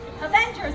Avengers